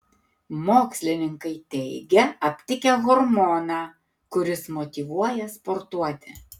mokslininkai teigia aptikę hormoną kuris motyvuoja sportuoti